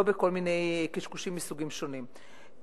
לא כל מיני קשקושים מסוגים שונים.